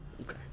Okay